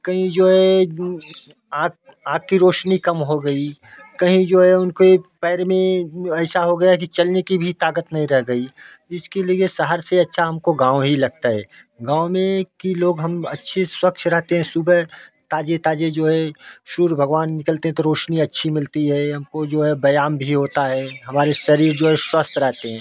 कहीं जो है आँख आँख की रोशनी कम हो गई कहीं जो है उनके पैर में ऐसा हो गया कि चलने की भी ताकत नहीं रह गई इसके लिए शहर से अच्छा हमको गाँव ही लगता है गाँव में एक कि लोग हम अच्छे स्वच्छ रहते हैं सुबह ताजे ताजे जो है सूर्य भगवान निकलते तो रोशनी अच्छी मिलती है हमको जो है व्यायाम भी होता है हमारे शरीर जो है स्वस्थ रहते हैं